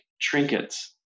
trinkets